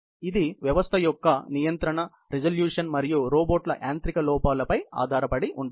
ఇది వ్యవస్థ యొక్క నియంత్రణ రిజల్యూషన్ మరియు రోబోట్ల యాంత్రిక లోపాల పై ఆధారపడి ఉంటుంది